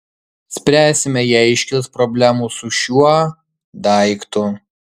spręsime jei iškils problemų su šiuo daiktu